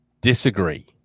Disagree